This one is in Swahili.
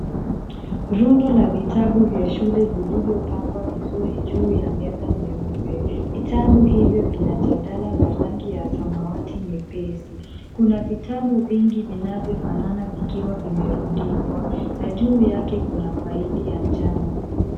Rundo, la vitabu vya shule vilivyo pangwa vizuri juu ya meza nyeupe. Vitabu hivyo vina jadala la rangi ya samawati nyepesi, kuna vitabu vingi vinavyo fanana vikiwa vime rundikwa na juu yake kuna faili ya njano.